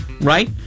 Right